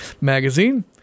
magazine